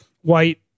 white